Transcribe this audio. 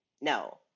No